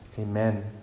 Amen